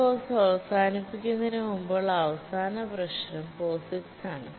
ഈ കോഴ്സ് അവസാനിപ്പിക്കുന്നതിന് മുമ്പുള്ള അവസാന പ്രശ്നം POSIX ആണ്